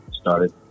started